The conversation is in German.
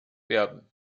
werden